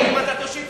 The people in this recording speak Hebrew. אם אתה תושיט יד,